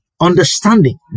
understanding